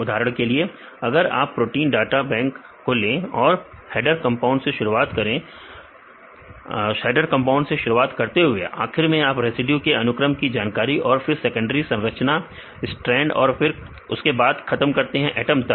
उदाहरण के लिए अगर आप प्रोटीन डाटा बैंक को लें और हैडर कंपाउंड से शुरूआत करते हुए आखिर में आप रेसिड्यू के अनुक्रम की जानकारी और फिर सेकेंडरी संरचन हेलिक्स स्ट्रैंड और फिर खत्म करते हैं एटम तक